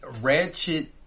Ratchet